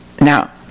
Now